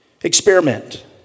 Experiment